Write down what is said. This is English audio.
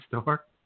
store